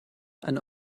eine